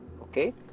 okay